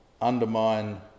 undermine